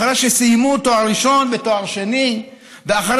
אחרי שסיימו תואר ראשון ותואר שני ואחרי